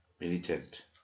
militant